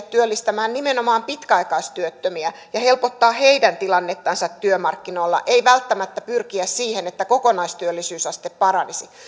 työllistämään nimenomaan pitkäaikaistyöttömiä ja helpottamaan heidän tilannettansa työmarkkinoilla ei välttämättä pyritä siihen että kokonaistyöllisyysaste paranisi